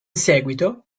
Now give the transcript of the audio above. seguito